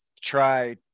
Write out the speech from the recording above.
try